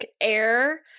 Air